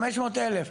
500,000,